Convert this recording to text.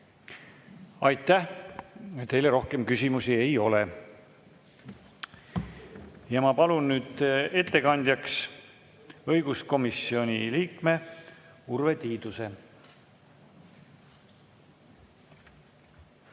Aitäh! Teile rohkem küsimusi ei ole. Ma palun nüüd ettekandjaks õiguskomisjoni liikme Urve Tiiduse.